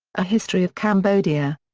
a history of cambodia.